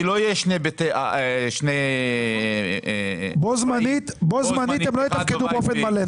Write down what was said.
שלא יהיו שני בתים --- בו זמנית הם לא יתפקדו באופן מלא,